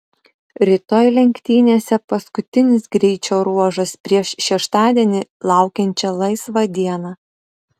rytoj lenktynėse paskutinis greičio ruožas prieš šeštadienį laukiančią laisvą dieną